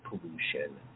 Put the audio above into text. pollution